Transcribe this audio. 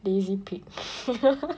lazy pig